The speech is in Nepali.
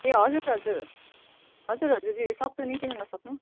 ए हजुर हजुर हजुर हजुर सक्छ नि किन नसक्नु